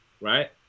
right